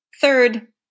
Third